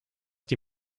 die